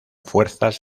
fuerzas